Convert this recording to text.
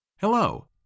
Hello